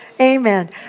Amen